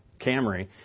Camry